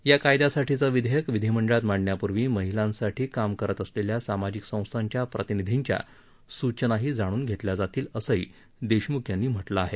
या कायद्यासाठीचं विधेयक विधिमंडळात मांडण्यापूर्वी महिलांसाठी काम करत असलेल्या सामाजिक संस्थांच्या प्रतिनिधींच्या सूचनाही जाणून घेतल्या जातील असंही देशमुख यांनी म्हटलं आहे